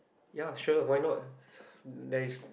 ya sure why not there is